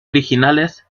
originales